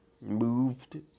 moved